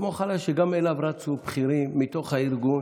סמוך עליי שגם אליו רצו בכירים מתוך הארגון